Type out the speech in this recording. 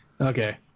okay